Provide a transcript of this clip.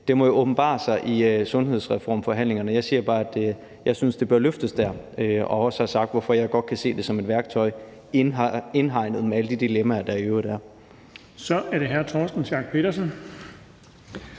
det må jo åbenbare sig i sundhedsreformforhandlingerne. Jeg siger bare, at jeg synes, det bør løftes der, og jeg har også sagt, hvorfor jeg godt kan se det som et værktøj indhegnet med alle de dilemmaer, der i øvrigt er. Kl. 17:14 Den fg. formand